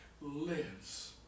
lives